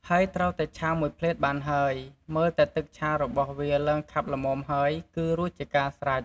ហើយត្រូវតែឆាមួយភ្លេតបានហើយ មើលតែទឹកឆារបស់វាឡើងខាប់ល្មមហើយគឺរួចជាការស្រេច។